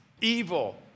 evil